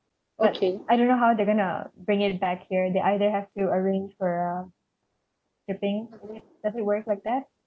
but I don't know how they're gonna bring it back here they either have to arrange for uh shipping does it work like that